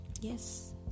Yes